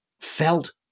felt